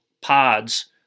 pods